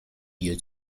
you